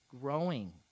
growing